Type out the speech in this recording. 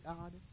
God